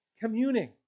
communing